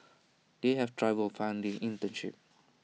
they have trouble finding internship